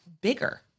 bigger